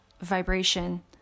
vibration